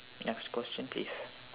next question please